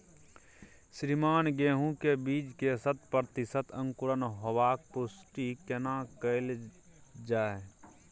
श्रीमान गेहूं के बीज के शत प्रतिसत अंकुरण होबाक पुष्टि केना कैल जाय?